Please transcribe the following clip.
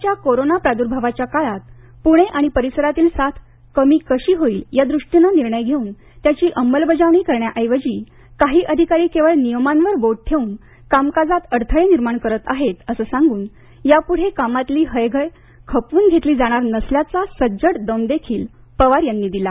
सध्याच्या कोरोना प्रादुर्भावाच्या काळात पूणे आणि परिसरातील साथ कमी कशी होईल यादृष्टीनं निर्णय घेऊन त्यांची अंमलबजावणी करण्याऐवजी काही अधिकारी केवळ नियमांवर बोट ठेऊन कामकाजात अडथळे निर्माण करत आहेत असं सांगुन यापूढे कामातली हयगय खपवून घेतली जाणार नसल्याचा सज्जड दम देखील पवार यांनी दिला